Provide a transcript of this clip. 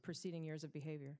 preceding years of behavior